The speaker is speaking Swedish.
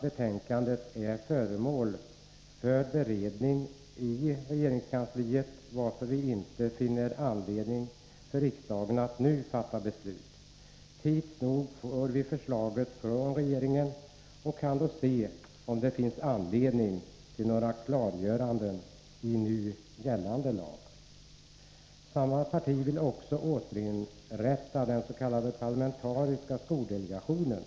Betänkandet är föremål för beredning i regeringskansliet, varför vi inte finner anledning för riksdagen att nu fatta beslut. Tids nog får vi förslaget från regeringen, och vi kan då ta ställning till om det finns anledning till några klargöranden i nu gällande lag. Samma parti vill också återinrätta dens.k. parlamentariska skoldelegationen.